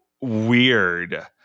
weird